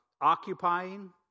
occupying